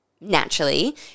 naturally